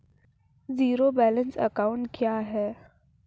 Zero balance account क्या है?